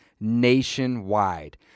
nationwide